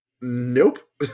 Nope